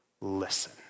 listen